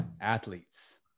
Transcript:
athletes